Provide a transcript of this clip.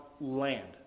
land